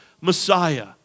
Messiah